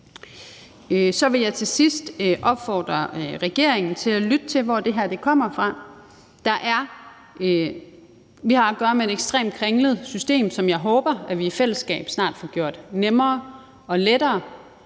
Så vil jeg til sidst opfordre regeringen til at lytte til, hvor det her kommer fra. Vi har at gøre med et ekstremt kringlet system, som jeg håber vi i fællesskab snart får gjort nemmere og lettere,